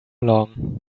long